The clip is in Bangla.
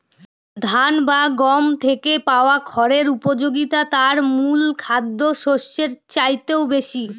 ধান বা গম থেকে পাওয়া খড়ের উপযোগিতা তার মূল খাদ্যশস্যের চাইতেও বেশি